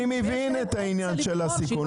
אני מבין את עניין הסיכון,